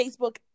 Facebook